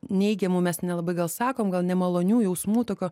neigiamų mes nelabai gal sakom gal nemalonių jausmų tokio